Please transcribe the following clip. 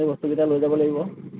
সেই বস্তু কেইটা লৈ যাব লাগিব